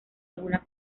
alguna